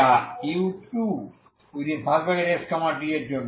যা u2xt এর জন্য